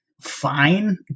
fine